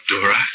Dora